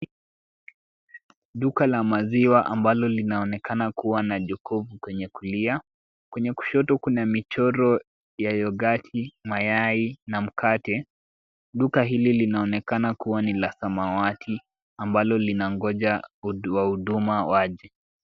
Duka la maziwa ambalo linaonekana kuwa na jukuu kwenye kulia. Kwenye kushoto kuna michoro ya yogati, mayai na mkate. Duka hili linaonekana kuwa ni la samawati ambalo linaongoja wahuduma waje.